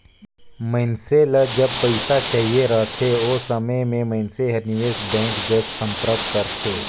मइनसे ल जब पइसा चाहिए रहथे ओ समे में मइनसे हर निवेस बेंक जग संपर्क करथे